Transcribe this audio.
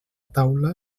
taula